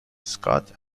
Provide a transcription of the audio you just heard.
scott